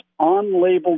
unlabeled